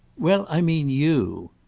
well, i mean you.